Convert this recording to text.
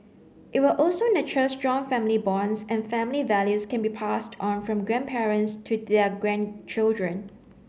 it will also nurture strong family bonds and family values can be passed on from grandparents to their grandchildren